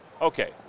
okay